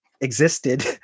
Existed